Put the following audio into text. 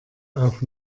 auch